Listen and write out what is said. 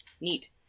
Neat